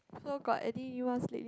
so got anyone